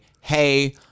hey